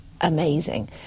amazing